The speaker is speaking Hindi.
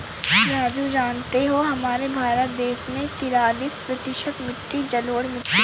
राजू जानते हो हमारे भारत देश में तिरालिस प्रतिशत मिट्टी जलोढ़ मिट्टी हैं